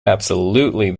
absolutely